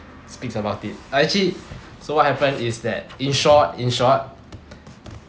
speaks about it uh actually so what happen is that in short in short